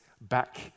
back